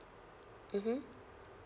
mmhmm